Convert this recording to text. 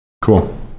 Cool